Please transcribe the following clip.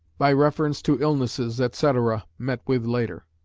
by reference to illnesses, etc, met with later.